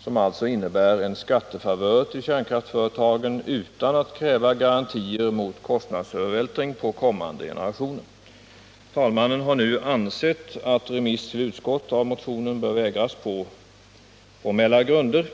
som alltså innebär en skattefavör för kärnkraftsföretagen utan att kräva garantier mot kostnadsövervältring på kommande generationer. Talmannen har nu ansett att remiss till utskott av motionen bör vägras på formella grunder.